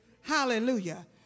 Hallelujah